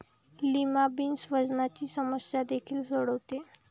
lima beans वजनाची समस्या देखील सोडवते